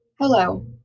Hello